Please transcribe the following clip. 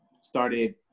started